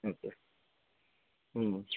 হুম